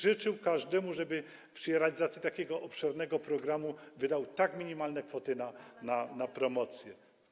Życzyłbym każdemu, żeby przy realizacji takiego obszernego programu wydał tak minimalne kwoty na promocję.